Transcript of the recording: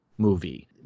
movie